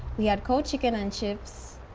we had cold chicken and chips,